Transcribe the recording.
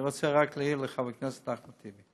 אני רוצה רק להעיר לחבר הכנסת אחמד טיבי,